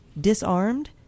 disarmed